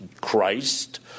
Christ